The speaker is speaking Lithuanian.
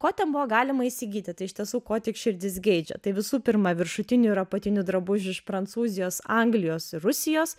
ko ten buvo galima įsigyti tai iš tiesų ko tik širdis geidžia tai visų pirma viršutinių ir apatinių drabužių iš prancūzijos anglijos ir rusijos